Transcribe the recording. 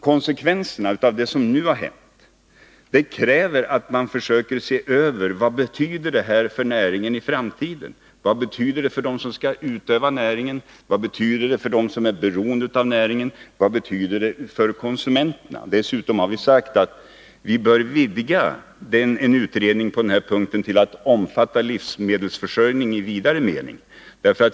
Konsekvenserna av det som nu har hänt kräver därför att man försöker se över situationen. Vad betyder det här för näringen i framtiden? Vad betyder det här för dem som skall utöva näringen? Vad betyder det här för konsumenterna? Vidare har vi socialdemokrater sagt att vi bör vidga en eventuell utredning på den här punkten till att omfatta livsmedelsförsörjning i vidare mening.